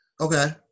Okay